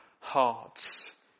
hearts